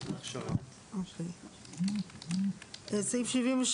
אבל כמובן יכול להיות שהרבה